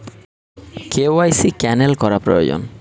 KYC cancel করা প্রয়োজন?